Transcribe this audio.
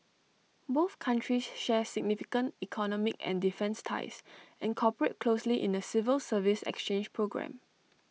both countries share significant economic and defence ties and cooperate closely in A civil service exchange programme